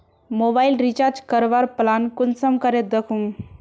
Mobile recharge करवार plan कुंसम करे दखुम?